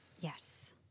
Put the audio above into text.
Yes